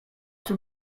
too